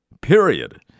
period